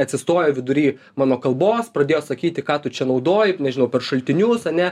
atsistojo vidury mano kalbos pradėjo sakyti ką tu čia naudoji nežinau per šaltinius ane